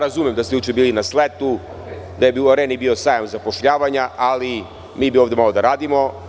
Razumem da ste juče bili na sletu, da je u Areni bio sajam zapošljavanja, ali mi bi ovde malo da radimo.